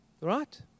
right